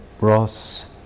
Ross